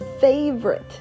favorite